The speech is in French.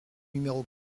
numéro